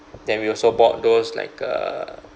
then we also board those like err